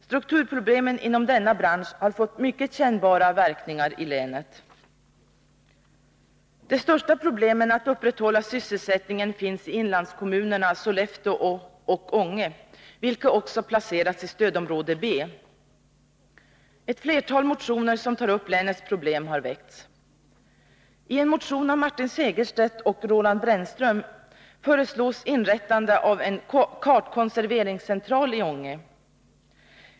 Strukturproblemen inom denna bransch har fått mycket kännbara verkningar i länet. De största problemen med att upprätthålla sysselsättningen finns i inlandskommunerna Sollefteå och Ånge, vilka också har placerats i stödområde B. Ett flertal motioner som tar upp länets problem har väckts. I en motion av Martin Segerstedt och Roland Brännström föreslås inrättande av en kartkonserveringscentral i Ånge.